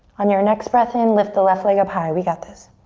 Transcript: on your next breath in, lift the left leg up high, we got this.